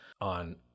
on